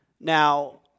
Now